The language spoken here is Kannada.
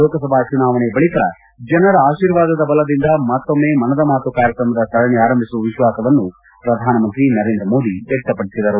ಲೋಕಸಭಾ ಚುನಾವಣೆಯ ಬಳಿಕ ಜನರ ಅಶೀರ್ವಾದದ ಬಲದಿಂದ ಮತ್ತೊಮ್ಮ ಮನದ ಮಾತು ಕಾರ್ಯಕ್ರಮದ ಸರಣಿ ಆರಂಭಿಸುವ ವಿಶ್ವಾಸವನ್ನು ಪ್ರಧಾನಮಂತ್ರಿ ನರೇಂದ್ರ ಮೋದಿ ವ್ಯಕ್ತಪಡಿಸಿದರು